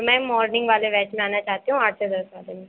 ma'am morning वाले batch में आना चाहती हूँ आठ से दस वाले में